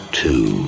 two